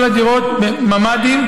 כל הדירות עם ממ"דים,